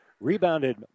rebounded